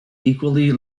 equally